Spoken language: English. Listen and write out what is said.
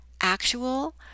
Actual